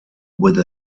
with